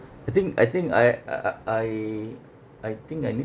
I think I think I I I I I think I need